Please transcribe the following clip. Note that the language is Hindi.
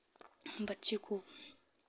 बच्चे को